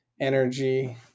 energy